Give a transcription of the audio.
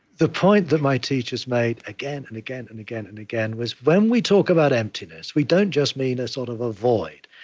the point that my teachers made again and again and again and again was, when we talk about emptiness, we don't just mean a sort of a void.